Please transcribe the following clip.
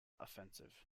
offensive